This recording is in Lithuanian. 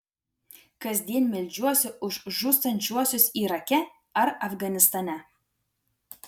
kasdien meldžiuosi už žūstančiuosius irake ar afganistane